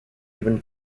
even